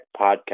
Podcast